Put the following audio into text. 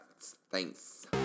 Thanks